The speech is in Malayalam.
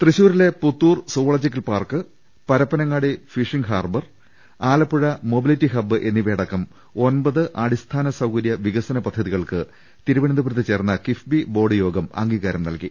തൃശൂരിലെ Puthur zoological park Parappanangadi fishing harbour Alappuzha mobility hub എന്നിവടക്കം ഒമ്പത് അടിസ്ഥാന സൌകര്യ വികസന പദ്ധതികൾക്ക് തിരുവനന്തപുരത്ത് ചേർന്ന കിഫ്ബി ബോർഡ് യോഗം അംഗീകാരം നൽകി